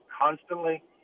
constantly